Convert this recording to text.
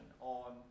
on